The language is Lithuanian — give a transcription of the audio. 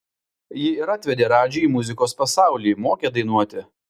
ji ir atvedė radžį į muzikos pasaulį mokė dainuoti